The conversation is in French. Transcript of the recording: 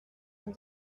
sont